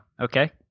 okay